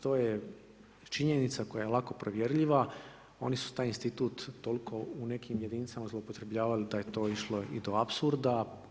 To je činjenica koja je lako provjerljiva, oni su taj institut toliko u nekim jedinicama zloupotrjebljavali da je to išlo i do apsurda.